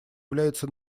является